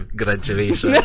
graduation